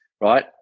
right